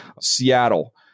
Seattle